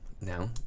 Now